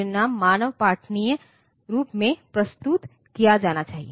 परिणाम मानव पठनीय रूप में प्रस्तुत किया जाना चाहिए